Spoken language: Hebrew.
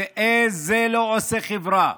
וזה לא עושה חברה,